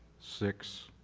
six,